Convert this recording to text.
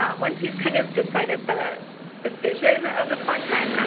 once you've kind of decided the the vision of the content,